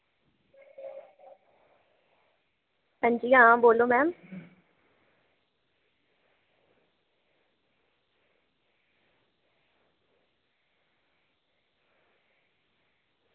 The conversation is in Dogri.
अंजी आं बोल्लो मैम